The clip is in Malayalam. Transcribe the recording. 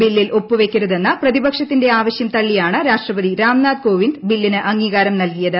ബില്ലിൽ ഒപ്പ് വെക്കരുതെന്ന പ്രതിപക്ഷത്തിന്റെ ആവശ്യം തള്ളിയാണ് രാഷ്ട്രപതി രാംനാഥ് കോവിന്ദ് ബില്ലിന് അംഗീകാരം നൽകിയത്